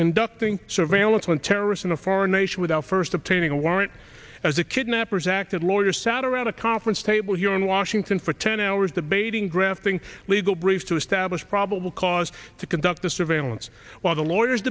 conducting surveillance one terrorist in a foreign nation without first obtaining a warrant as the kidnappers acted lawyer sat around a conference table here in washington for ten hours debating grafting legal briefs to establish probable cause to conduct the surveillance while the lawyers